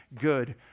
good